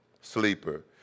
sleeper